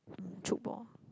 tchoukball